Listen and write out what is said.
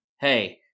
Hey